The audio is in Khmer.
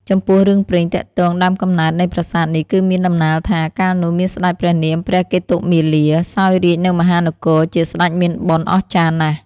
ចំពោះរឿងព្រេងទាក់ទងដើមកំណើតនៃប្រាសាទនេះ គឺមានដំណាលថា កាលនោះមានសេ្តចព្រះនាមព្រះកេតុមាលា សោយរាជនៅមហានគរ ជាសេ្តចមានបុណ្យអស្ចារ្យណាស់។